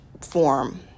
form